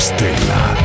Stella